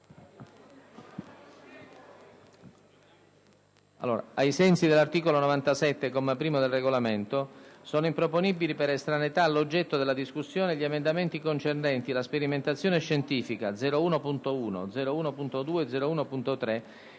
colleghi, ai sensi dell'articolo 97, comma 1, del Regolamento, sono improponibili per estraneità all'oggetto della discussione gli emendamenti concernenti la sperimentazione scientifica (01.1, 01.2 e 01.3)